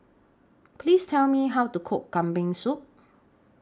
Please Tell Me How to Cook Kambing Soup